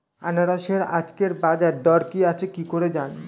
আনারসের আজকের বাজার দর কি আছে কি করে জানবো?